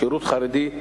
שירות חרדי,